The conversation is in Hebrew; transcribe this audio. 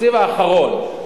התקציב האחרון,